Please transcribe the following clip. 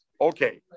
Okay